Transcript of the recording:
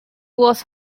was